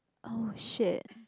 oh shit